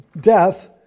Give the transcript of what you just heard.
...death